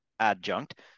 adjunct